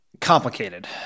Complicated